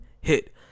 hit